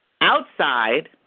outside